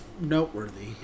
noteworthy